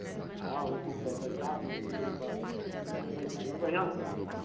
हॅं उटूब पर बच्चाक लेल तैयो पढ़ पढ़तै तब ने बढिऑंसॅं